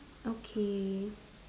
okay